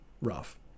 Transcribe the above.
rough